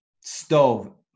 stove